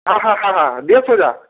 হ্যাঁ হ্যাঁ হ্যাঁ হ্যাঁ দিয়ে সোজা